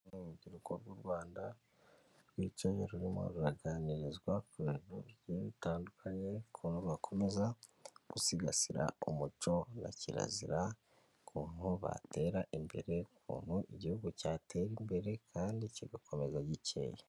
Uru ni rubyiruko rw'u Rwanda rwicaye rurimo ruraganirizwa ku bintu bigiye bitandukanye, ukuntu bakomeza gusigasira umuco na kirazira, ukuntu batera imbere ukuntu igihugu cyatera imbere kandi kigakomeza gikeya.